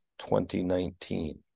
2019